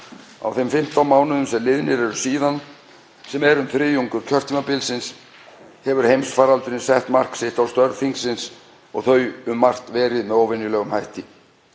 Á þeim 15 mánuðum sem liðnir eru síðan, sem er um þriðjungur kjörtímabilsins, hefur heimsfaraldurinn sett mark sitt á störf þingsins og þau um margt verið með óvenjulegum hætti.